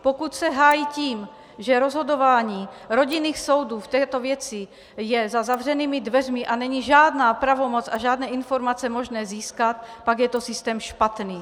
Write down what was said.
Pokud se hájí tím, že rozhodování rodinných soudů v této věci je za zavřenými dveřmi a není žádná pravomoc a žádné informace možné získat, pak je to systém špatný.